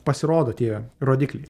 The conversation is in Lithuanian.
pasirodo tie rodikliai